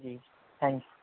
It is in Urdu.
جی تھینکس